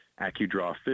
AccuDraw